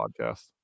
podcast